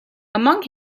among